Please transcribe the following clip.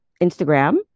Instagram